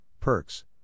perks